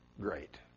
Great